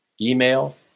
email